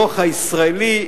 המוח הישראלי,